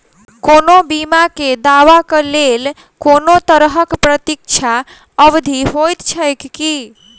कोनो बीमा केँ दावाक लेल कोनों तरहक प्रतीक्षा अवधि होइत छैक की?